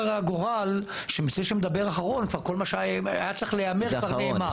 כל מה שהיה צריך להיאמר כבר נאמר.